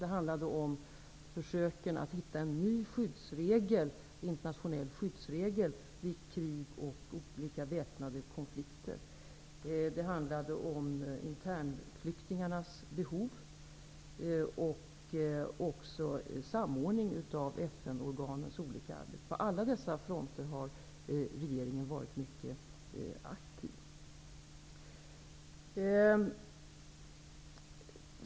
Det handlade om försöken att hitta en ny internationell skyddsregel vid krig och olika väpnade konflikter. Det handlade om internflyktingarnas behov och samordning av FN-organens olika arbeten. På alla dessa fronter har regeringen varit mycket aktiv.